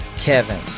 Kevin